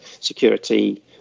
security